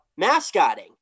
mascotting